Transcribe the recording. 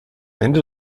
ende